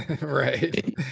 Right